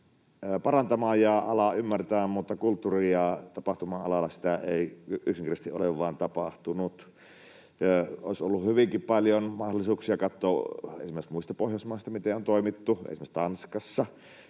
parantamaan ja alaa ymmärtämään, mutta kulttuuri- ja tapahtuma-alalla sitä ei yksinkertaisesti ole vain tapahtunut. Olisi ollut hyvinkin paljon mahdollisuuksia katsoa esimerkiksi muista Pohjoismaista, miten on toimittu — esimerkiksi Tanskassa